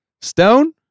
Stone